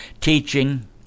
teaching